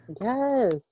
Yes